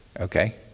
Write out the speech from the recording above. Okay